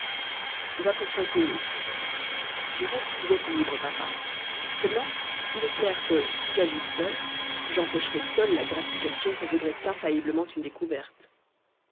va pour cinq minutes du reste vous êtes libre papa seulement il est clair que si j'agis seul j'empocherai seul la gratification que vaudrait infailliblement une découverte